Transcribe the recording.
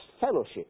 fellowship